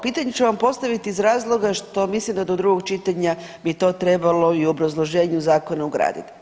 Pitanje ću vam postaviti iz razloga što mislim da do drugog čitanja mi je to trebalo i u obrazloženju zakona ugraditi.